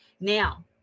Now